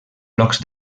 blocs